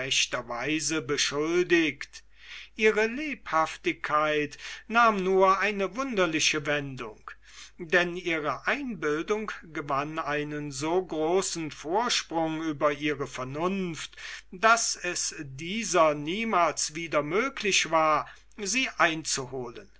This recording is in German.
beschuldigt ihre lebhaftigkeit nahm nur eine wunderliche wendung und ihre einbildung gewann einen so großen vorsprung über ihre vernunft daß es dieser niemals wieder möglich war sie einzuholen